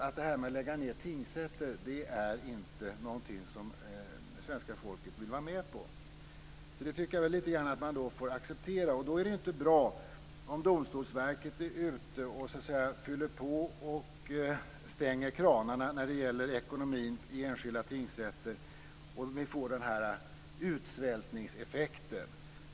Att lägga ned tingsrätter är inte någonting som svenska folket vill vara med på. Då får man acceptera det. Det är inte bra om Domstolsverket fyller på och stänger kranarna när det gäller ekonomin i enskilda tingsrätter och vi får en utsvältningseffekten.